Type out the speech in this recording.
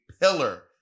pillar